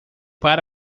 par